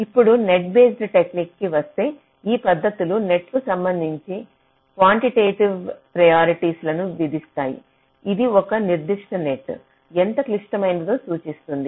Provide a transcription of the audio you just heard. ఇప్పుడు net based techniques కి వస్తే ఈ పద్ధతులు నెట్ కు సంబంధించి క్వాంటిటేటివ్ ప్రియారిటీ లను విధిస్తాయి ఇది ఒక నిర్దిష్ట నెట్ ఎంత క్లిష్టమైనదో సూచిస్తుంది